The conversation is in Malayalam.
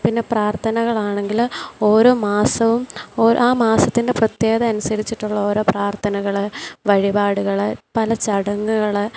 പിന്നെ പ്രാർത്ഥനകളാണെങ്കിൽ ഓരോ മാസവും ആ മാസത്തിൻ്റെ പ്രത്യേകത അനുസരിച്ചിട്ടുള്ള ഓരോ പ്രാർത്ഥനകൾ വഴിപാടുകൾ പല ചടങ്ങുകൾ